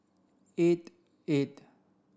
eight eight